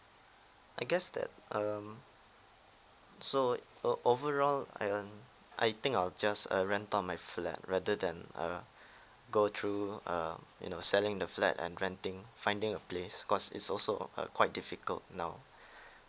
I guess that um so o~ overall I um I think I'll just uh rent out my flat rather than err go through err you know selling the flat and renting finding a place cause it's also a quite difficult now